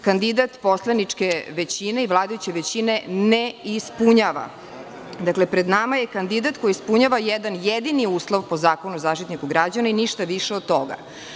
Kandidat poslaničke većine i vladajuće većine ne ispunjava, dakle, pred nama je kandidat koji ispunjava jedan jedini uslov po Zakonu o Zaštitniku građana i ništa više od toga.